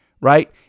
right